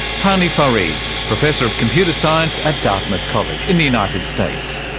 hany farid, professor of computer science at dartmouth college in the united states.